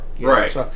Right